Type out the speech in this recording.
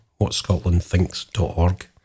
whatscotlandthinks.org